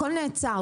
הכול נעצר.